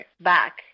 back